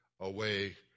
Away